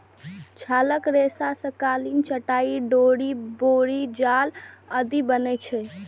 छालक रेशा सं कालीन, चटाइ, डोरि, बोरी जाल आदि बनै छै